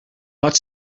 pot